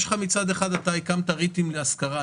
מצד אחד, הקמת ריטים להשכרה.